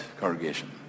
congregation